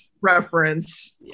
reference